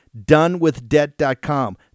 donewithdebt.com